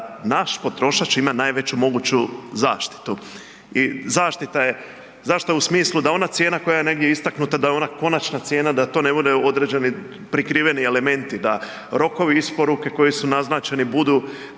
naš potrošač ima najveću moguću zaštitu. I zaštita je u smislu da ona cijena koja je negdje istaknuta, da je ona konačna cijena, da to ne bude određeni prikriveni elementi, da rokovi isporuke koji su naznačeni budu